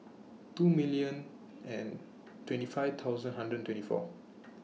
two million and twenty five thousand hundred and twenty four